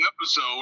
episode